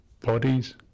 bodies